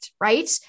Right